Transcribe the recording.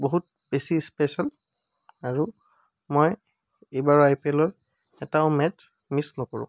বহুত বেছি স্পেছিয়েল আৰু মই এইবাৰৰ আই পি এলৰ এটাও মেটচ মিছ নকৰোঁ